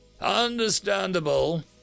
Understandable